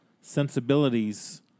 sensibilities